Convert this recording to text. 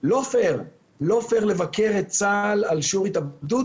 לא הוגן לבקר את צה"ל על שיעור התאבדות,